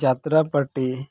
ᱡᱟᱛᱛᱨᱟ ᱯᱟᱴᱤ